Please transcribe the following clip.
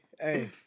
hey